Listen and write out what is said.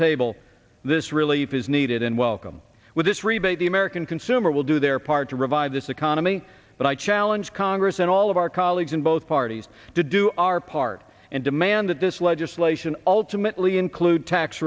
table this relief is needed and welcome with this rebate the american consumer will do their part to revive this economy but i challenge congress and all of our colleagues in both parties to do our part and demand that this legislation ultimately include tax